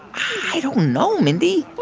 i don't know, mindy